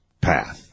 path